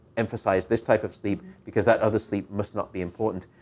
emphasize this type of sleep because that other sleep must not be important,